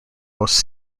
most